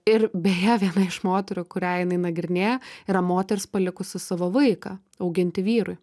ir beje viena iš moterų kurią jinai nagrinėja yra moteris palikusi savo vaiką auginti vyrui